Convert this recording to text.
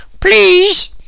Please